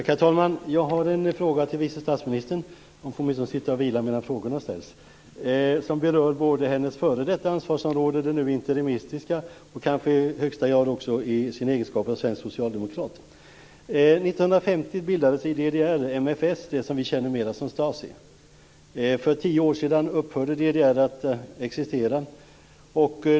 Herr talman! Jag har en fråga till vice statsministern - hon får åtminstone sitta och vila medan frågorna ställs - som berör både hennes f.d. ansvarsområde och det nu interimistiska, och det kanske också i högsta grad berör henne i hennes egenskap av svensk socialdemokrat. År 1950 bildades MfS i DDR, det som vi känner mera som Stasi. För tio år sedan upphörde DDR att existera.